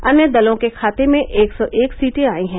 अन्य दलों के खाते में एक सौ एक सीटें आयी हैं